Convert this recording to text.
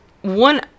one